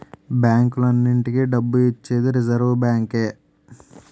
బ్యాంకులన్నింటికీ డబ్బు ఇచ్చేది రిజర్వ్ బ్యాంకే